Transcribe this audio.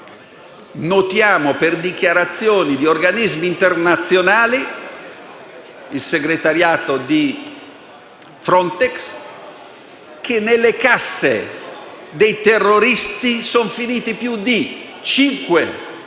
Notiamo, per dichiarazioni di organismi internazionali quali il segretariato di Frontex, che nelle casse dei terroristi sono finiti più di 5 miliardi